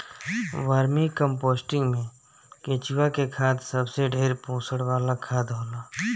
vermi composting में केचुआ के खाद सबसे ढेर पोषण वाला खाद होला